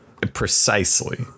Precisely